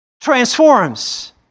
Transforms